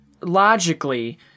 Logically